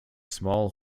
small